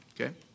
Okay